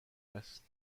است